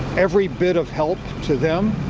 every bit of help to them.